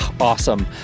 Awesome